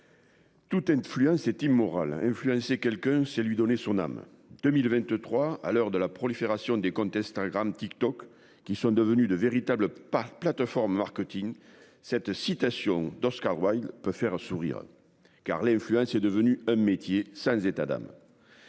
Toute influence est immoral influencer quelqu'un c'est lui donner son âme